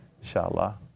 inshallah